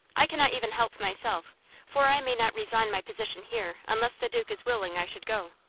i cannot even help myself for i may not resign my position here unless the duke is willing i should go.